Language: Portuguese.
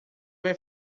vai